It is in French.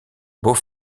beau